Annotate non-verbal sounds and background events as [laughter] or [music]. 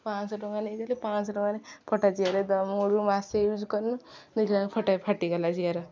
ପାଞ୍ଚଶହ ଟଙ୍କା ନେଇ ଦେଲି ପାଞ୍ଚଶହ ଟଙ୍କାରେ ଫଟା ଚିଆର [unintelligible] ମାସେ ୟୁଜ କରୁନୁ ଦେଖିଲାବେଳକୁ ଫଟା ଫାଟିଗଲା ଚେଆର